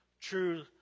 true